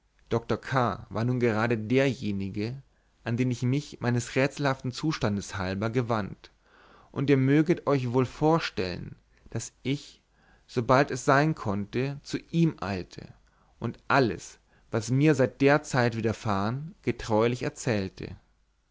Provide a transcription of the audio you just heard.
k war nun gerade derjenige an den ich mich meines rätselhaften zustandes halber gewandt und ihr möget euch wohl vorstellen daß ich sobald es sein konnte zu ihm eilte und alles was mir seit der zeit widerfahren getreulich erzählte